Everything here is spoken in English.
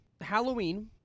Halloween